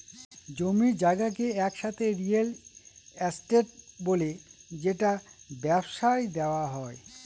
জমি জায়গাকে একসাথে রিয়েল এস্টেট বলে যেটা ব্যবসায় দেওয়া হয়